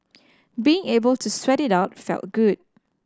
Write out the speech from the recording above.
being able to sweat it out felt good